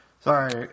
Sorry